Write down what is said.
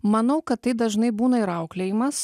manau kad tai dažnai būna ir auklėjimas